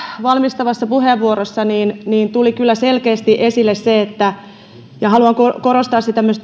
valmistavassa puheenvuorossa tuli kyllä selkeästi esille se ja haluan korostaa sitä myös